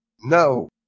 No